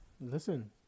Listen